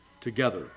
together